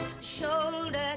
shoulder